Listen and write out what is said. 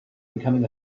becoming